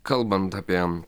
kalbant apie